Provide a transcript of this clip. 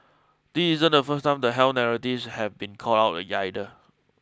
this isn't the first time the health narratives have been called out either